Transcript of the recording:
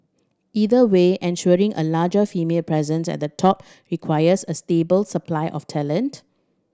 either way ensuring a larger female presence at the top requires a stable supply of talent